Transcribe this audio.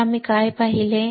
तर आम्ही काय पाहिले